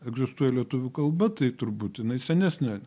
egzistuoja lietuvių kalba tai turbūt jinai senesnė